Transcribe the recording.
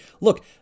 look